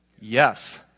Yes